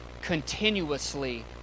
continuously